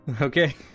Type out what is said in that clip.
Okay